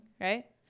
right